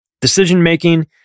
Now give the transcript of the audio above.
Decision-making